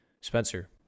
Spencer